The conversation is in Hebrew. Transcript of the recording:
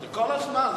כל הזמן.